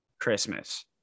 christmas